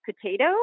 potato